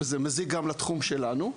וזה מזיק גם לתחום שלנו.